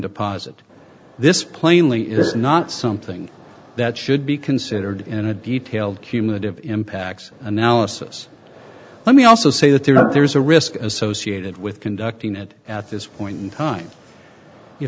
deposit this plainly is not something that should be considered in a detailed cumulative impacts analysis let me also say that there is a risk associated with conducting it at this point in time you